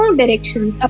directions